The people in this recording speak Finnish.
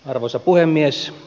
arvoisa puhemies